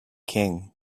king